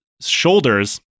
shoulders